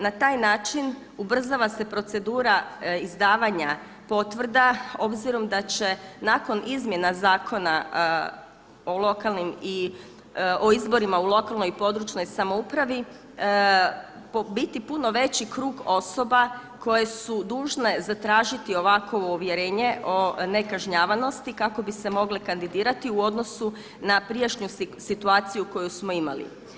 Na taj način ubrzava se procedura izdavanja potvrda obzirom da će nakon izmjena Zakona o izborima u lokalnoj i područnoj samoupravi biti puno veći krug osoba koje su dužne zatražiti ovakovo uvjerenje o nekažnjavanosti kako bi se mogle kandidirati u odnosu na prijašnju situaciju koju smo imali.